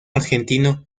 argentino